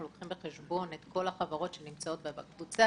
אנחנו לוקחים בחשבון את כל החברות שנמצאות באותה קבוצה.